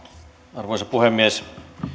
arvoisa puhemies